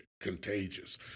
contagious